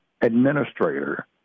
administrator